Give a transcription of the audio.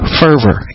fervor